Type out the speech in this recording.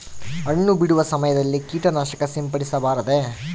ಹಣ್ಣು ಬಿಡುವ ಸಮಯದಲ್ಲಿ ಕೇಟನಾಶಕ ಸಿಂಪಡಿಸಬಾರದೆ?